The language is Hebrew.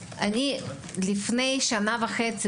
ביולי 2021, לפני שנה וחצי,